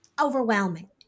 overwhelming